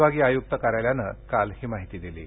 विभागीय आयुक्त कार्यालयानं काल ही माहिती दिली